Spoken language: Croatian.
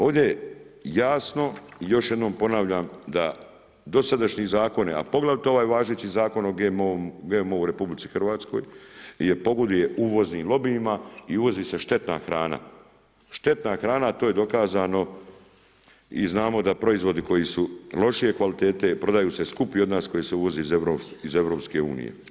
Ovdje jasno još jednom ponavljam da dosadašnji zakoni, a poglavito ovaj važeći Zakon o GMO-u u RH pogoduje uvoznim lobijima i uvozi se štetna hrana, a to je dokazano i znamo da proizvodi koji su lošije kvalitete prodaju se skuplje od nas koji se uvozi iz EU.